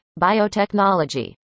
biotechnology